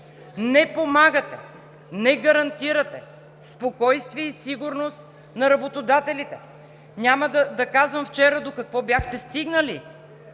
не помагате, не гарантирате спокойствие и сигурност на работодателите. Няма да казвам вчера до какво бяхте стигнали.